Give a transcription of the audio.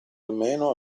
almeno